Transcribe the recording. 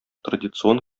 традицион